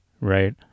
right